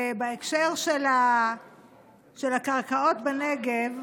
בהקשר של הקרקעות בנגב,